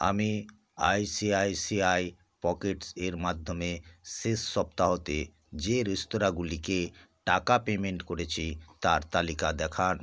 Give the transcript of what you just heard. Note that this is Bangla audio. আমি আইসিআইসিআই পকেটস এর মাধ্যমে শেষ সপ্তাহতে যে রেস্তোরাঁগুলিকে টাকা পেমেন্ট করেছি তার তালিকা দেখান